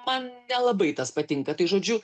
man nelabai tas patinka tai žodžiu